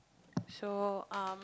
so um